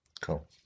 Cool